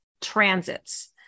transits